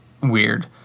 weird